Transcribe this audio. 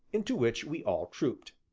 into which we all trooped.